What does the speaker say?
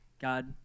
God